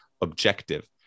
objective